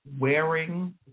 wearing